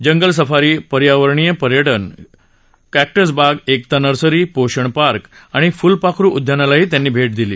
जंगल safari पर्यावरणीय पर्यटन cactus बाग एकता नर्सरी पोषण पार्क आणि फुलपाखरू उद्यानाला भेट दिली